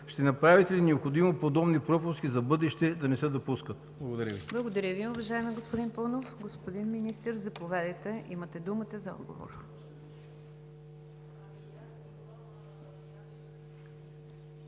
Ще направите ли необходимото подобни пропуски в бъдеще да не се допускат? Благодаря Ви.